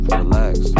relax